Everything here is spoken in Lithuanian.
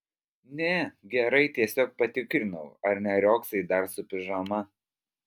ne gerai tiesiog patikrinau ar neriogsai dar su pižama